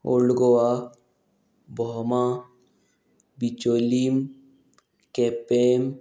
old Goa Bhoma Bicholim Quepem